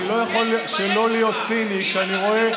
אני לא יכול שלא להיות ציני כשאני רואה,